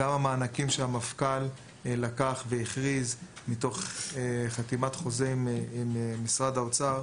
גם המענקים עליהם המפכ"ל הכריז מתוך חתימת חוזה עם משרד האוצר,